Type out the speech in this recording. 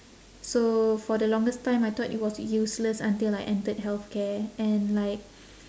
so for the longest time I thought it was useless until I entered healthcare and like